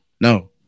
No